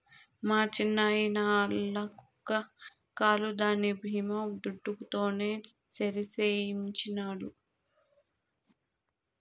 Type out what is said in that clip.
మా చిన్నాయిన ఆల్ల కుక్క కాలు దాని బీమా దుడ్డుతోనే సరిసేయించినాడు